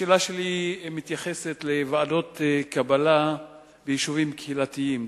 השאלה שלי מתייחסת לוועדות קבלה ביישובים קהילתיים,